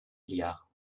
milliards